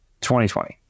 2020